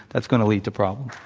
that's going to lead to problems.